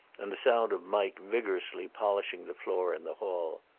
and the sound of mike vigorously polishing the floor in the hall.